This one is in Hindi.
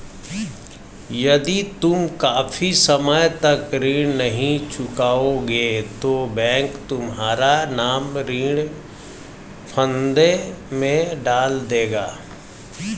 यदि तुम काफी समय तक ऋण नहीं चुकाओगे तो बैंक तुम्हारा नाम ऋण फंदे में डाल देगा